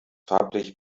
farblich